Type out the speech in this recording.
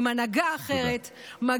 עם הנהגה אחרת.